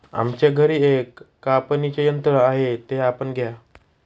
आमच्या घरी एक कापणीचे यंत्र आहे ते आपण घ्या